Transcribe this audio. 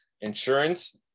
insurance